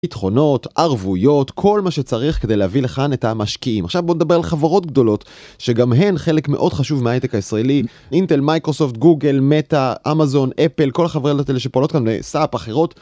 יתרונות, ערבויות, כל מה שצריך כדי להביא לכאן את המשקיעים. עכשיו בוא נדבר על חברות גדולות, שגם הן חלק מאוד חשוב מהעסק הישראלי. אינטל, מייקרוסופט, גוגל, מטה, אמזון, אפל, כל החברות האלה שפועלות כאן אה, סאפ אחרות.